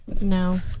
No